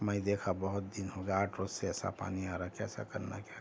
میں دیکھا بہت دن ہو گئے آٹھ روز سے ایسا پانی آ رہا کیسا کرنا کیا